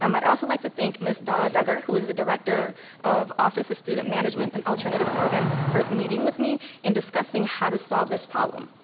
um i'd also like to thank ms. dara dugger, who is the director of office of student management and alternative programs, for meeting with me and discussing how to solve this problem.